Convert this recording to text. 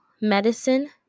medicine